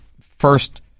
first